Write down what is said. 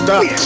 Stop